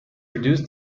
reduce